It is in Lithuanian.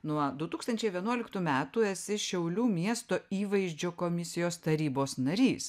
nuo du tūkstančiai vienuoliktų metų esi šiaulių miesto įvaizdžio komisijos tarybos narys